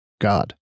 God